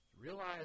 Realize